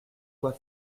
quoi